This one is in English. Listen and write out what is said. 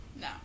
No